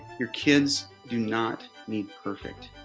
your kids do not need perfect.